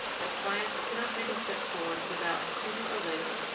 that science cannot make a step forward without, sooner or later,